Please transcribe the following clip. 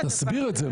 תסביר את זה.